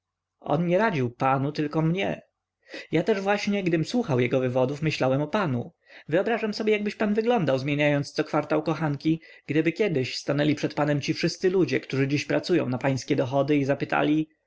nie radził panu tylko mnie ja też właśnie gdym słuchał jego wywodów myślałem o panu wyobrażam sobie jakbyś pan wyglądał zmieniając co kwartał kochanki gdyby kiedy stanęli przed panem ci wszyscy ludzie którzy dziś pracują na pańskie dochody i zapytali